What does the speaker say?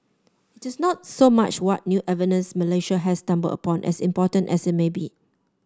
it is not so much what new evidence Malaysia has stumbled upon as important as it may be